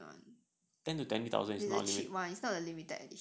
it's the cheap one not the limited edition